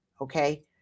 okay